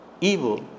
evil